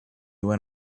when